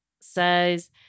says